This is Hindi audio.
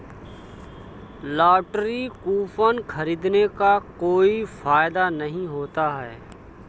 लॉटरी कूपन खरीदने का कोई फायदा नहीं होता है